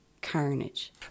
Carnage